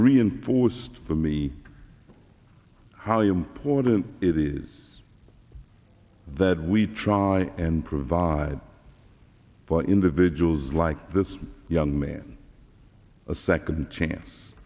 reinforced for me how you important it is that we try and provide for individuals like this young man a second chance